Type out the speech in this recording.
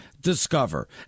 Discover